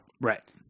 Right